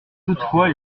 toutefois